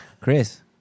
Chris